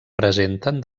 presenten